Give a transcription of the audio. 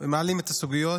ומעלים את הסוגיות